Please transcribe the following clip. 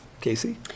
Casey